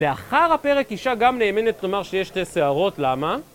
ואחר הפרק אישה גם נאמנת נאמר שיש שתי שערות, למה?